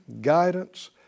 guidance